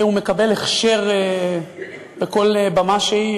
הוא מקבל הכשר בכל במה שהיא,